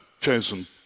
chosen